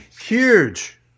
Huge